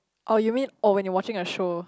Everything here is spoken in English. or you mean or when you are watching a show